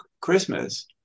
Christmas